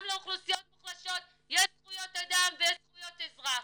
גם לאוכלוסיות מוחלשות יש זכויות אדם ויש זכויות אזרח.